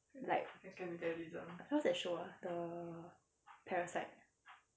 like what's that show ah the parasite